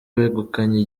wegukanye